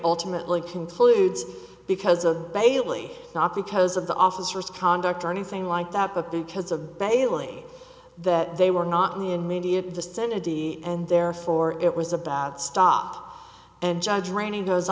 ultimately concludes because of bailey not because of the officer's conduct or anything like that but because of bailey that they were not in the immediate vicinity and therefore it was a bad stop and judge raining goes